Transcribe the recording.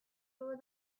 over